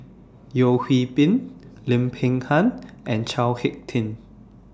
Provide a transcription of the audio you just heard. Yeo Hwee Bin Lim Peng Han and Chao Hick Tin